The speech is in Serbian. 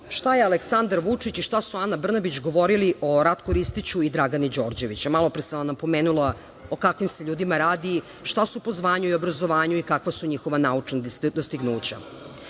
šta su Aleksandar Vučić i Ana Brnabić govorili o Ratku Ristići i Dragani Đorđević. Malopre sam vam napomenula o kakvim se ljudima radi, šta su po zvanju i obrazovanju i kakva su njihova naučna dostignuća. Na